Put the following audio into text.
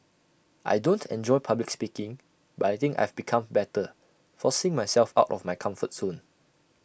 I don't enjoy public speaking but I think I've become better forcing myself out of my comfort zone